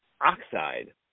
oxide